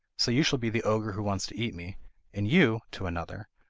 so you shall be the ogre who wants to eat me and you to another,